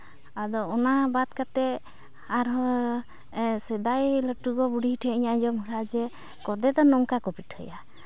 ᱟᱫᱚ ᱚᱱᱟ ᱵᱟᱫᱽ ᱠᱟᱛᱮᱫ ᱟᱨᱦᱚᱸ ᱥᱮᱫᱟᱭ ᱞᱟᱹᱴᱩ ᱜᱚ ᱵᱩᱲᱦᱤ ᱴᱷᱮᱱᱤᱧ ᱟᱸᱡᱚᱢ ᱞᱮᱫᱟ ᱡᱮ ᱠᱚᱫᱮ ᱫᱚ ᱱᱚᱝᱠᱟ ᱠᱚ ᱯᱤᱴᱷᱟᱹᱭᱟ